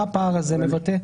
מה הפער הזה מבטא?